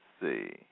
see